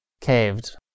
caved